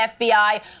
FBI